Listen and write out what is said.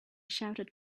shouted